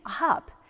up